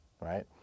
Right